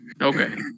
Okay